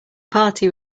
party